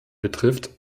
betrifft